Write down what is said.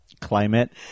Climate